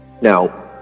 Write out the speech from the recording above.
Now